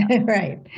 Right